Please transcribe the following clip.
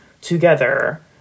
together